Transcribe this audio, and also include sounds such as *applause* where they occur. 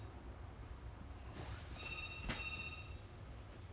err work from home 他有 *coughs* 那个 terra system *breath*